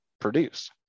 produce